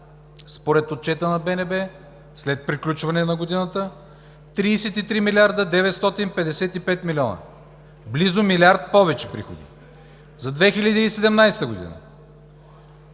Според отчета на БНБ след приключване на годината – 33 млрд. 955 млн., близо милиард повече приходи. За 2017 г.